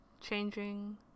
Changing